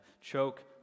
choke